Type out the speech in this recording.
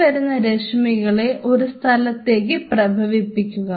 ഇനി വരുന്ന രശ്മികളെ ഒരു സ്ഥലത്തേക്ക് പ്രഭവിപിപ്പിക്കുക